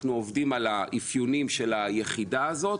אנחנו עובדים על האפיונים של היחידה הזו.